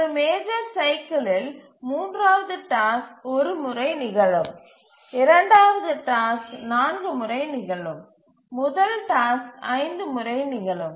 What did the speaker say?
ஒரு மேஜர் சைக்கிலில் மூன்றாவது டாஸ்க் ஒரு முறை நிகழும் இரண்டாவது டாஸ்க் 4 முறை நிகழும் முதல் டாஸ்க் 5 முறை நிகழும்